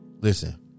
listen